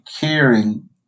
caring